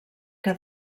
que